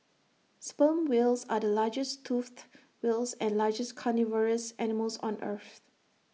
sperm whales are the largest toothed whales and largest carnivorous animals on earth